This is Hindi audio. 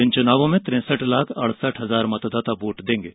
इन चुनावों में तिरेसठ लाख अड़सठ हजार मतदाता वोट देंगे